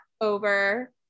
over